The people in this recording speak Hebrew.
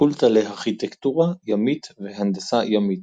הפקולטה לארכיטקטורה ימית והנדסה ימית